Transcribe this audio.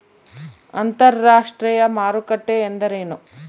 ಅಂತರಾಷ್ಟ್ರೇಯ ಮಾರುಕಟ್ಟೆ ಎಂದರೇನು?